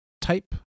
Type